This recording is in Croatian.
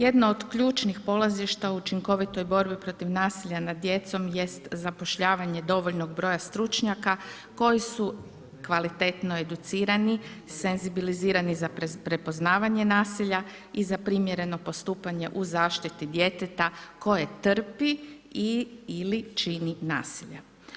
Jedno od ključnih polazišta u učinkovitoj borbi protiv nasilja nad djecom jest zapošljavanje dovoljnog broja stručnjaka koji su kvalitetno educirani, senzibilizirani za prepoznavanje nasilja i za primjereno postupanje u zaštiti djeteta koje trpi i/ili čini nasilje.